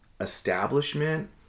establishment